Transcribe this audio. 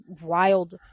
wild